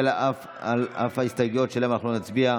ואף על ההסתייגויות שלהם אנחנו לא נצביע.